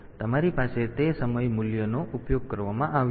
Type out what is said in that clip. તેથી તમારી પાસે તે સમય મૂલ્યનો ઉપયોગ કરવામાં આવ્યો છે